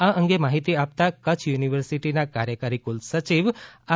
આ અંગે માહિતી આપતા કચ્છ યુનિવર્સિટીના કાર્યકારી કુલસચિવ આર